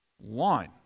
One